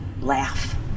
laugh